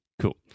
Cool